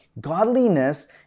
Godliness